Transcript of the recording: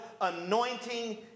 anointing